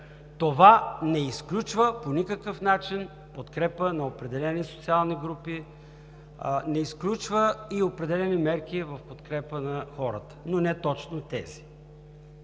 Това не изключва по никакъв начин подкрепа на определени социални групи, не изключва и определени мерки в подкрепа на хората, но не точно тези.